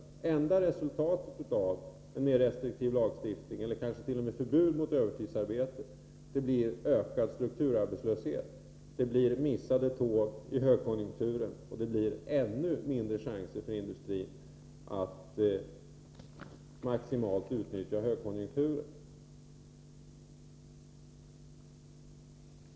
Det enda resultatet av en mer restriktiv lagstiftning, eller t.o.m. förbud mot övertidsarbete, blir ökad strukturarbetslöshet, missade tåg i högkonjunkturen och ännu mindre chanser för industrin att maximalt — Nr 142 utnyttja högkonjunkturen. b ?